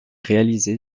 réalisé